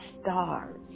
stars